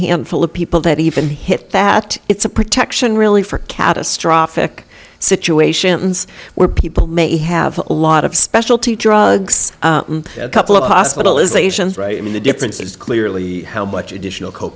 handful of people that even hit that it's a protection really for catastrophic situations where people may have a lot of specialty drugs a couple of hospitalizations right and the difference is clearly how much additional co